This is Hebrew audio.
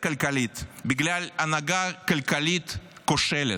הכלכלית בגלל הנהגה כלכלית הכושלת.